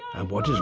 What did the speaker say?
and what is